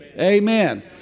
Amen